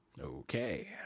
Okay